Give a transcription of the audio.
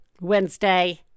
Wednesday